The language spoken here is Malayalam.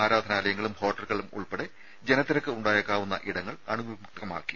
ആരാധനാലയങ്ങളും ഹോട്ടലുകളും ഉൾപ്പെടെ ജനത്തിരക്ക് ഉണ്ടായേക്കാവുന്ന ഇടങ്ങൾ അണുവിമുക്തമാക്കി